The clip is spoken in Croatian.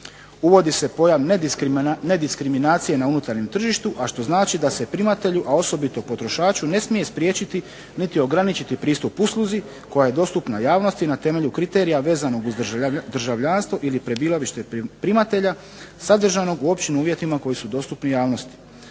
Uvodi se pojam nediskriminacije na unutarnjem tržištu, a što znači da se primatelju, a osobito potrošaču ne smije spriječiti niti ograničiti pristup usluzi koja je dostupna javnosti na temelju kriterija vezanog uz državljanstvo ili prebivalište primatelja sadržanog u općim uvjetima koji su dostupni javnosti.